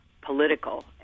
political